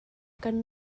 kan